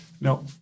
Now